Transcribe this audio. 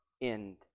end